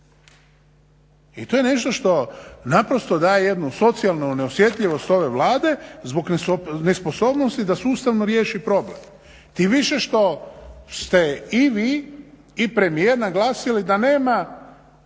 I to je nešto što naprosto daje jednu socijalnu neosjetljivost ove Vlade zbog nesposobnosti da sustavno riješi problem. Tim više što ste i vi i premijer naglasili da nema